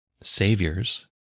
saviors